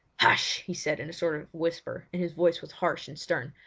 hush! he said, in a sort of whisper, and his voice was harsh and stern.